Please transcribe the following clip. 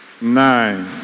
Nine